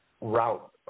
route